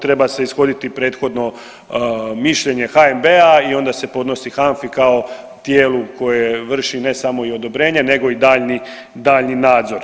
Treba se ishoditi prethodno mišljenje HNB-a i onda se podnosi HANFA-i kao tijelu koje vrši ne samo i odobrenje, nego i daljnji nadzor.